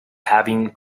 having